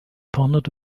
pondered